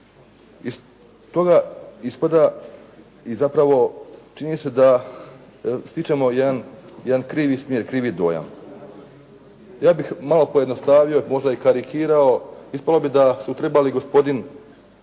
Iz toga ispada i zapravo čini se da stičemo jedan krivi smijer, krivi dojam. Ja bih malo pojednostavio, možda i karikirao, ispalo bi da su trebali gospodin